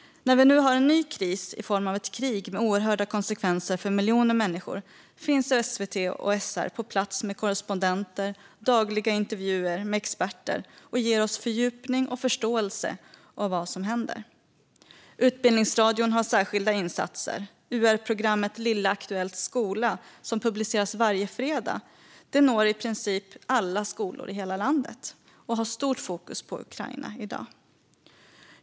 När vi nu har en ny kris i form av ett krig med oerhörda konsekvenser för miljoner människor finns SVT och SR på plats med korrespondenter och dagliga intervjuer med experter och ger oss fördjupning och förståelse när det gäller vad som händer. Utbildningsradion har särskilda insatser. UR-programmet Lilla Aktuellt s kola , som publiceras varje fredag, når i princip alla skolor i hela landet och har stort fokus på Ukraina i dag.